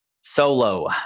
Solo